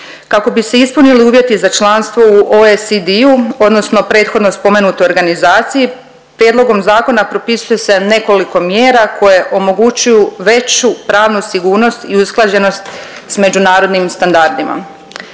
Kako bi se ispunili uvjeti za članstvo u OECD-u odnosno prethodno spomenutoj organizaciji prijedlogom zakona propisuje se nekoliko mjera koje omogućuju veću pravnu sigurnost i usklađenost s međunarodnim standardima.